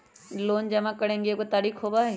Loan जमा करेंगे एगो तारीक होबहई?